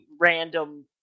random